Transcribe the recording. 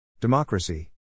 Democracy